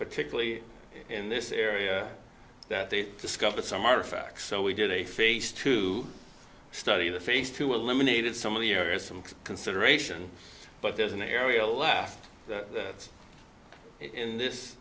particularly in this area that they discovered some artifacts so we did a face to study the face to eliminated some of the areas some consideration but there's an area left that in this